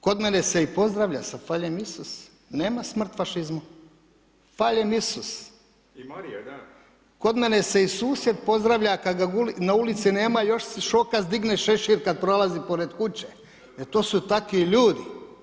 Kod mene se i pozdravlja sa „Hvaljen Isus“, nema „Smrt fašizmu“, „Hvaljen Isus“ [[Upadica sa strane: I Marija, da.]] Kod mene se i susjed pozdravlja kad ga na ulici nema, još šokac digne šešir kad prolazi pored kuće, e to su takvi ljudi.